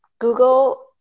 Google